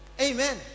Amen